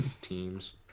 Teams